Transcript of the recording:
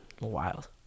Wild